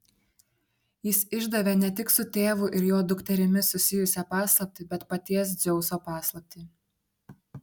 jis išdavė ne tik su tėvu ir jo dukterimi susijusią paslaptį bet paties dzeuso paslaptį